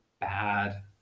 bad